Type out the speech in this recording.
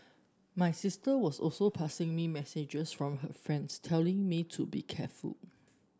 my sister was also passing me messages from her friends telling me to be careful